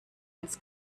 als